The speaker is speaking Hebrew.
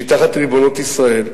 שהיא תחת ריבונות ישראל.